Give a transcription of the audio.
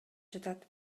жатат